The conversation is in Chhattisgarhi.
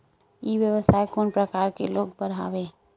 ई व्यवसाय कोन प्रकार के लोग बर आवे?